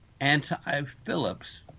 anti-Phillips